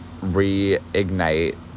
reignite